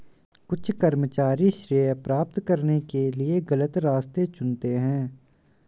कुछ कर्मचारी श्रेय प्राप्त करने के लिए गलत रास्ते चुनते हैं